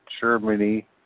Germany